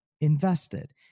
invested